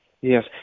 yes